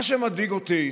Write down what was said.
מה שמדאיג אותי